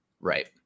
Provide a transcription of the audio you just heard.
Right